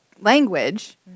language